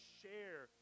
share